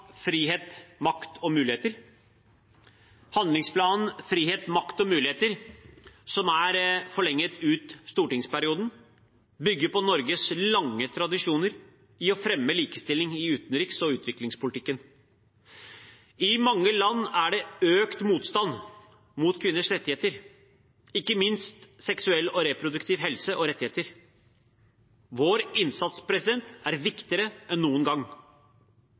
forlenget ut stortingsperioden, bygger på Norges lange tradisjoner med å fremme likestilling i utenriks- og utviklingspolitikken. I mange land er det økt motstand mot kvinners rettigheter, ikke minst seksuell og reproduktiv helse og rettigheter. Vår innsats er viktigere enn noen gang.